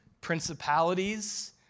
principalities